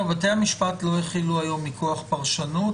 המשפט לא החילו עד היום מכוח הפרשנות